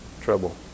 trouble